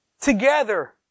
together